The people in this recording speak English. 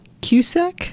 Cusack